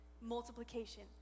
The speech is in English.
Multiplication